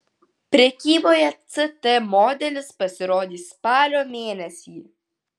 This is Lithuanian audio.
prekyboje ct modelis pasirodys spalio mėnesį